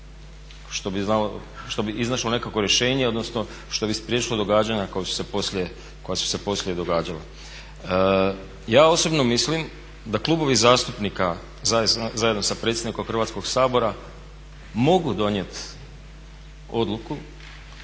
što bi iznašlo nekakvo rješenje, odnosno što bi spriječilo događanja koja su se poslije događala. Ja osobno mislim da klubovi zastupnika, zajedno sa predsjednikom Hrvatskog sabora, mogu donijet odluku